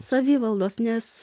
savivaldos nes